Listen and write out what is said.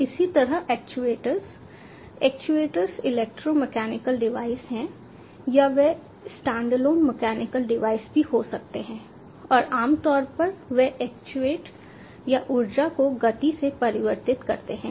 इसी तरह actuators actuators electro mechanical device हैं या वे स्टैंडअलोन मैकेनिकल डिवाइस भी हो सकते हैं और आम तौर पर वे एक्ट्यूएट या ऊर्जा को गति में परिवर्तित करते हैं